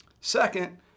Second